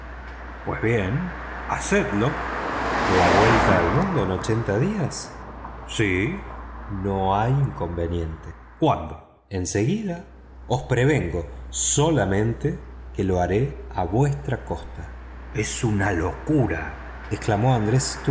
pues bien hacedlo la vuelta al mundo en ochenta días sí no hay inconveniente cuándo en seguida os prevengo solamente que lo haré a vuestra costa es una locura exclamó andrés